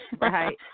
right